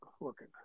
looking